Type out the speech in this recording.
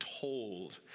told